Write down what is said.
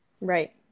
Right